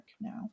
now